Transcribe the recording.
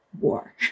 war